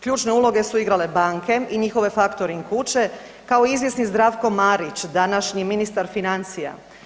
Ključne uloge su igrale banke i njihove factoring kuće kao izvjesni Zdravko Marić, današnji ministar financija.